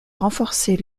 renforcer